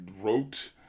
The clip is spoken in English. wrote